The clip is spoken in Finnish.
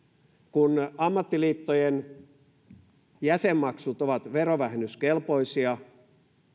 kun ammattiliittojen jäsenmaksut ovat verovähennyskelpoisia